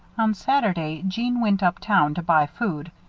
on saturday, jeanne went up town to buy food.